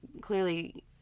clearly